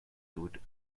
suit